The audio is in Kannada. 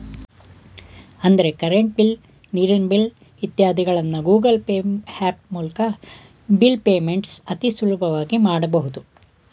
ಅಂದ್ರೆ ಕರೆಂಟ್ ಬಿಲ್, ನೀರಿನ ಬಿಲ್ ಇತ್ಯಾದಿಗಳನ್ನ ಗೂಗಲ್ ಪೇ ಹ್ಯಾಪ್ ಮೂಲ್ಕ ಬಿಲ್ ಪೇಮೆಂಟ್ಸ್ ಅತಿ ಸುಲಭವಾಗಿ ಮಾಡಬಹುದು